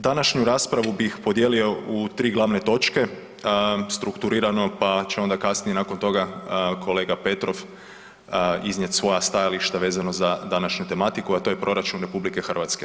Današnju raspravu bih podijelio u tri glavne točke, strukturirano pa će ona kasnije nakon toga kolega Petrov iznijeti svoja stajališta vezano za današnju tematiku, a to je proračun RH.